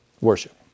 worship